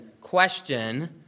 question